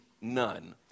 none